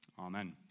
Amen